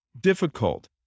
difficult